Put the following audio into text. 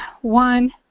One